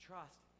Trust